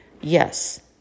yes